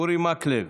אורי מקלב,